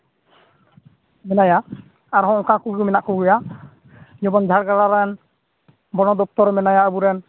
ᱢᱮᱱᱟᱭᱟ ᱟᱨᱦᱚᱸ ᱚᱱᱠᱟᱱ ᱠᱚᱜᱮ ᱢᱮᱱᱟᱜ ᱠᱚᱜᱮᱭᱟ ᱡᱮᱢᱚᱱ ᱡᱷᱟᱲᱜᱨᱟᱢ ᱨᱮᱱ ᱵᱚᱱᱚᱫᱚᱯᱛᱚᱨ ᱨᱮ ᱢᱮᱱᱟᱭᱟ ᱟᱵᱚᱨᱮᱱ